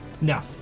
No